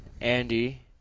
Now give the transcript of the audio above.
Andy